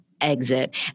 exit